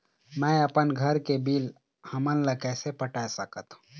मैं अपन घर के बिल हमन ला कैसे पटाए सकत हो?